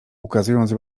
ukazując